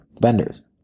vendors